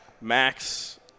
Max –